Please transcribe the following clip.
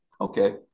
okay